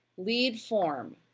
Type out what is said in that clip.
lead form.